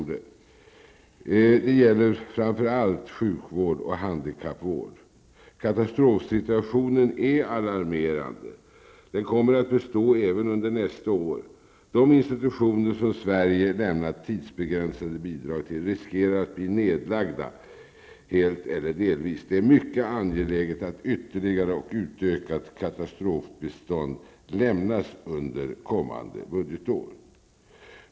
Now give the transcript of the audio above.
Det gäller framför allt sjukvård och handikappvård. Katastrofsituationen är alarmerande. Den kommer att bestå även under nästa år. De institutioner som Sverige har lämnat tidsbegränsade bidrag till riskerar att bli nedlagda helt eller delvis. Det är mycket angeläget att ytterligare och utökat katastrofbistånd lämnas under kommande budgetår.